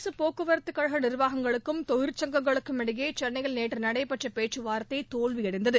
அரசுப் போக்குவரத்துக்கழக நிர்வாகங்களுக்கும் தொழிற்சங்கங்களுக்கும் இடையே சென்னையில் நேற்று நடைபெற்ற பேச்சு வார்த்தை தோல்வியடைந்தது